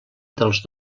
dels